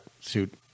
suit